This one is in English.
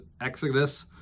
Exodus